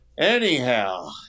Anyhow